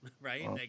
right